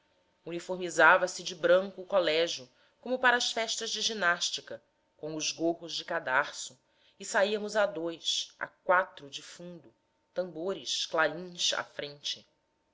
passeios uniformizava se de branco o colégio como para as festas de ginástica com os gorros de cadarço e saiamos a dois a quatro de fundo tambores clarins à frente